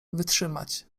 wytrzymać